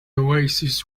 oasis